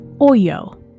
Oyo